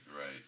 right